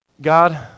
God